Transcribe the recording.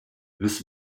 this